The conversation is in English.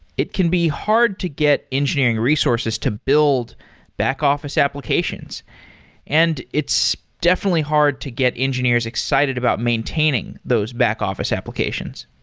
it can be hard to get engineering resources to build back-office applications and it's definitely hard to get engineers excited about maintaining those back-office applications.